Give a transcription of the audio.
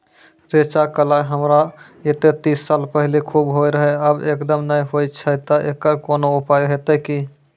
रेचा, कलाय हमरा येते तीस साल पहले खूब होय रहें, अब एकदम नैय होय छैय तऽ एकरऽ कोनो उपाय हेते कि?